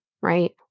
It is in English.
right